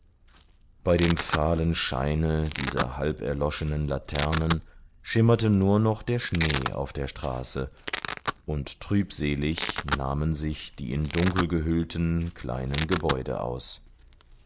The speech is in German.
bei dem fahlen scheine dieser halb erloschenen laternen schimmerte nur noch der schnee auf der straße und trübselig nahmen sich die in dunkel gehüllten kleinen gebäude aus